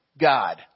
God